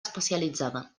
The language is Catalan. especialitzada